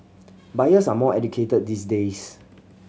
buyers are more educated these days